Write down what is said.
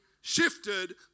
shifted